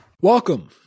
Welcome